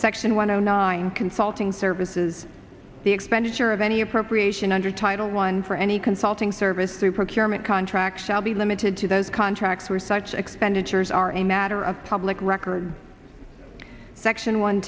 section one zero nine consulting services the expenditure of any appropriation under title one for any consulting service through procurement contract shall be limited to those contracts where such expenditures are a matter of public record section one